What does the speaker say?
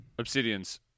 Obsidians